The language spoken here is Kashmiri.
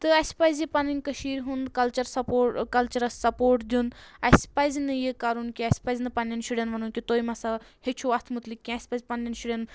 تہٕ اَسہِ پَزِ یہِ پَنٕنۍ کٔشیٖر ہُنٛد کَلچَر سَپوٹ کَلچَرَس سَپوٹ دیُن اَسہِ پَزِ نہٕ یہِ کَرُن کہِ اَسہِ پَزِ نہٕ پَننؠن شُرؠن وَنُن کہِ تُہۍ مَسا ہیٚچھو اَتھ مُتٕلِق کینٛہہ اَسہِ پَزِ پَننؠن شُرؠن